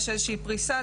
יש איזושהי פריסה,